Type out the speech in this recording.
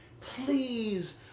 Please